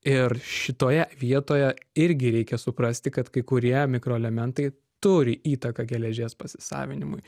ir šitoje vietoje irgi reikia suprasti kad kai kurie mikroelementai turi įtaką geležies pasisavinimui